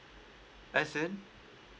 as in